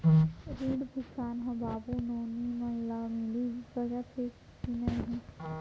ऋण भुगतान ह बाबू नोनी मन ला मिलिस सकथे की नहीं?